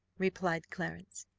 replied clarence.